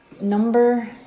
Number